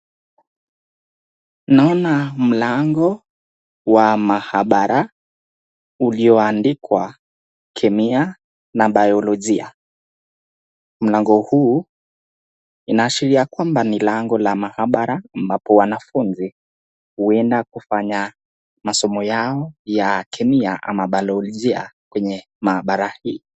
Naoana mlango wa maabara ulioandikwa kemia na biolojia. Mlango huu inaashiria kwamba ni lango la maabara ambapo wanafunzi huenda kufanya masomo yao ya kemia ama biolojia kwenye maabara hii.